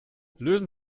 lösen